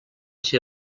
ser